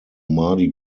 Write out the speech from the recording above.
mardi